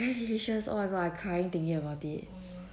quite delicious oh god I crying thinking about it